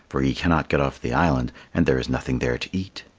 for he cannot get off the island, and there is nothing there to eat.